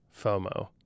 FOMO